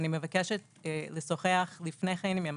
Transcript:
אני מבקשת לשוחח לפני כן עם ענת,